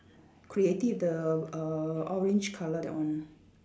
creative the err orange colour that one